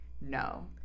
No